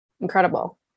incredible